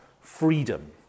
freedom